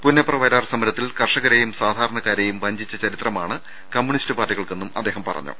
പുന്നപ്ര വയലാർ സമരത്തിൽ കർഷകർേയും സാധാരണക്കാരേയും വഞ്ചിച്ച ചരിത്രമാണ് കമ്മ്യൂണിസ്റ്റ് പാർട്ടികൾക്കെന്നും അദ്ദേഹം പറഞ്ഞു